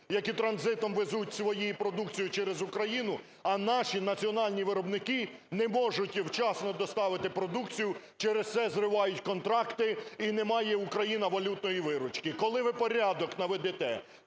які транзитом везуть свою продукцію через Україну, а наші національні виробники не можуть вчасно доставити продукцію, через це зривають контракти і не має Україна валютної виручки. Коли ви порядок наведете?